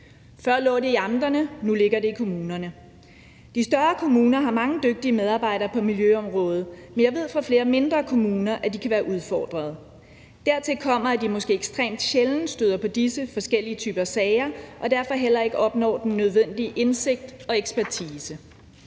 Før lå det i amterne, nu ligger det i kommunerne. De større kommuner har mange dygtige medarbejdere på miljøområdet, men jeg ved fra flere mindre kommuner, at de kan være udfordrede. Dertil kommer, at de måske ekstremt sjældent støder på disse forskellige typer sager og derfor heller ikke opnår den nødvendige indsigt og ekspertise.